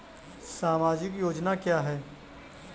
सामाजिक योजना क्या है?